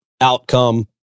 outcome